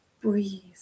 Breathe